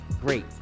great